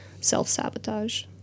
self-sabotage